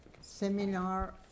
seminar